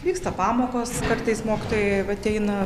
vyksta pamokos kartais mokytojai ateina